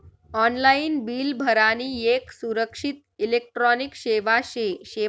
online bill भरानी येक सुरक्षित इलेक्ट्रॉनिक सेवा शे